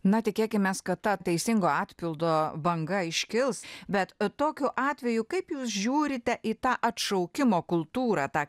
na tikėkimės kad ta teisingo atpildo banga iškils bet tokiu atveju kaip jūs žiūrite į tą atšaukimo kultūrą tą